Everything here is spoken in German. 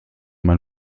mein